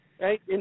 right